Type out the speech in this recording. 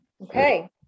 Okay